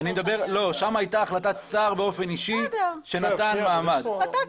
לא, שמה הייתה החלטת שר באופן אישי, שנתן מעמד.